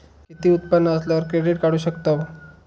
किती उत्पन्न असल्यावर क्रेडीट काढू शकतव?